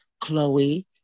Chloe